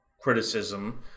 criticism